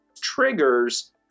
triggers